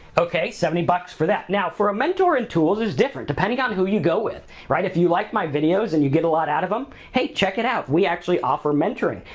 okay seventy bucks for that. now, for a mentor and tools is different, depending on who you go with, right? if you like my videos and you get a lot out of em, hey, check it out, we actually offer mentoring.